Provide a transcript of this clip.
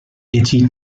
itchy